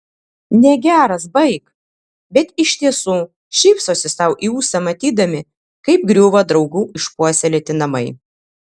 negeras baik bet iš tiesų šypsosi sau į ūsą matydami kaip griūva draugų išpuoselėti namai